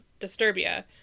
Disturbia